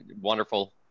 wonderful